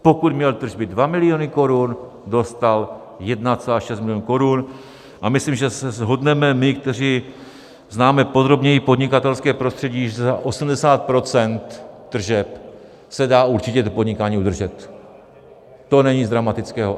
Pokud měl tržby 2 miliony korun, dostal 1,6 milionu korun, a myslím, že se shodneme my, kteří známe podrobněji podnikatelské prostředí, že za 80 % tržeb se dá určitě podnikání udržet, to není nic dramatického.